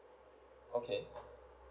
okay